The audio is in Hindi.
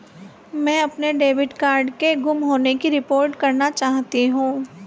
मैं अपने डेबिट कार्ड के गुम होने की रिपोर्ट करना चाहती हूँ